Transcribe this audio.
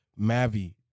Mavi